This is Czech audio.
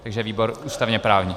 Takže výbor ústavněprávní.